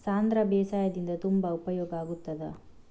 ಸಾಂಧ್ರ ಬೇಸಾಯದಿಂದ ತುಂಬಾ ಉಪಯೋಗ ಆಗುತ್ತದಾ?